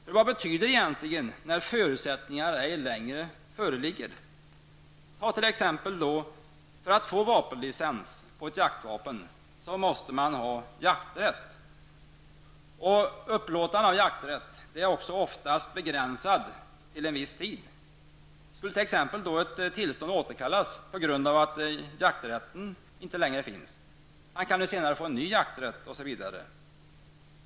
För vad betyder ''när förutsättningar ej längre föreligger''? För att t.ex. få vapenlicens på jaktvapen måste vederbörande ha jakträtt. Upplåtande av jakträtt är oftast begränsat till viss tid. Skulle t.ex. ett tillstånd återkallas på grund av att vederbörande inte längre har jakträtt? Han kan ju senare få ny jakträtt.